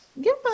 give